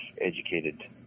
educated